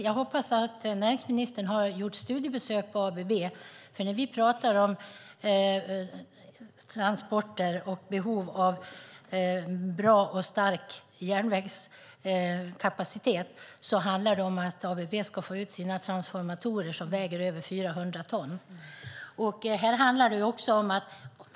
Jag hoppas att näringsministern har gjort studiebesök på ABB. När vi talar om transporter och behov av god järnvägskapacitet handlar det om att ABB ska få ut sina transformatorer som väger över 400 ton.